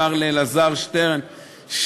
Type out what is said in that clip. ובעיקר לאלעזר שטרן,